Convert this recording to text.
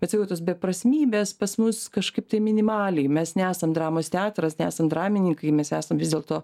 atsijotus beprasmybės pas mus kažkaip tai minimaliai mes nesam dramos teatras nesam dramininkai mes esam vis dėlto